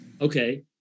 Okay